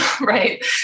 Right